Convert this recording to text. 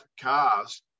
cars